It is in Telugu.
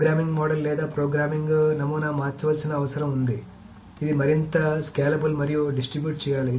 ప్రోగ్రామింగ్ మోడల్ లేదా ప్రోగ్రామింగ్ నమూనా మార్చాల్సిన అవసరం ఉంది ఇది మరింత స్కేలబుల్ మరియు డిస్ట్రిబ్యూట్ చేయాలి